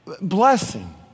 blessing